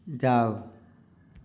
જાવ